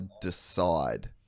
decide